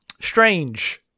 strange